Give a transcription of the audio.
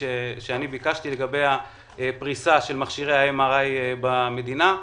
שאני ביקשתי לגבי פריסת מכשירי MRI במדינה.